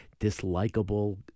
dislikable